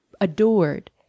adored